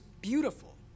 beautiful